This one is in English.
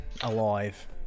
Alive